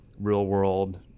real-world